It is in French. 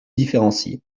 différencie